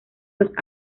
los